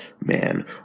man